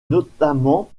notamment